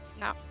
No